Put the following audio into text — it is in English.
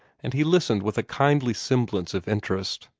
and he listened with a kindly semblance of interest.